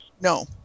No